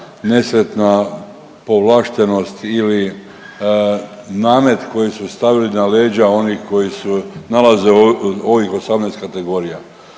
nesretna povlaštenost ili namet koji su stavili na leđa onih koji se nalaze u ovih 18 kategorija.